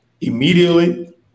immediately